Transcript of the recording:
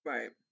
Right